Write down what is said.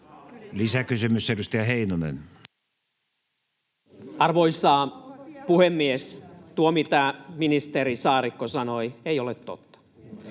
Time: 16:46 Content: Arvoisa puhemies! Tuo, mitä ministeri Saarikko sanoi, ei ole totta.